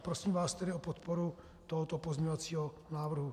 Prosím vás tedy o podporu tohoto pozměňovacího návrhu.